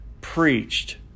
preached